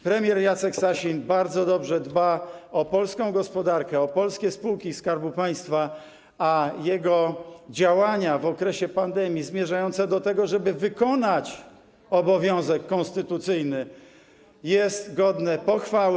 Premier Jacek Sasin bardzo dobrze dba o polską gospodarkę, o polskie spółki Skarbu Państwa, a jego działania w okresie pandemii zmierzające do tego, żeby wykonać obowiązek konstytucyjny, są godne pochwały.